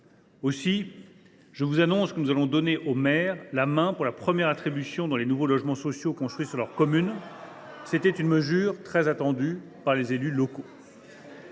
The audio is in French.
Aussi, je vous annonce que nous allons donner la main aux maires lors de la première attribution de nouveaux logements sociaux construits dans leur commune. C’était une mesure très attendue par les élus locaux.